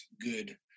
good